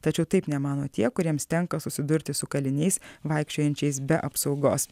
tačiau taip nemano tie kuriems tenka susidurti su kaliniais vaikščiojančiais be apsaugos